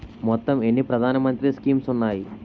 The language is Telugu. మొత్తం ఎన్ని ప్రధాన మంత్రి స్కీమ్స్ ఉన్నాయి?